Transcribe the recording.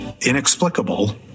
inexplicable